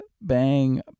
Bang